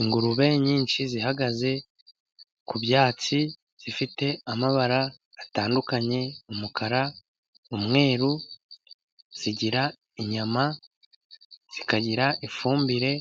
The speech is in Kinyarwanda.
Ingurube nyinshi zihagaze ku byatsi. Zifite amabara atandukanye umukara, umweru. Zigira inyama, zikagira ifumbire.